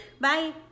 Bye